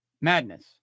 madness